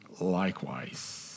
likewise